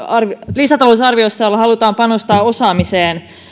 lisätalousarviossa jolla halutaan panostaa osaamiseen